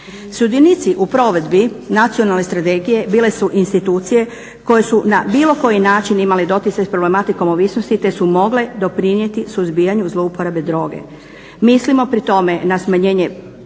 Sudionici u provedbi nacionalne strategije bile su institucije koje su na bilo koji način imale doticaj s problematikom ovisnosti, te su mogle doprinijeti suzbijanju zlouporabe droge. Mislimo pri tome na smanjenje